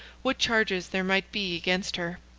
what charges there might be against her.